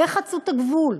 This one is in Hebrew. וחצו את הגבול.